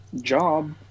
job